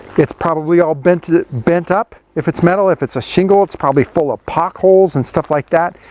it's probably all bent bent up if it's metal, if it's a shingle it's probably full of pock holes and stuff like that,